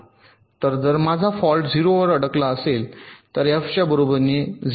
तर जर माझा फॉल्ट 0 वर अडकला असेल तर एफ च्या बरोबरीने 0